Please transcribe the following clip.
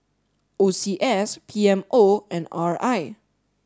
O C S P M O and R I